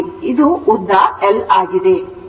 ಇದು ಉದ್ದ l ಆಗಿದೆ